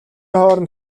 хооронд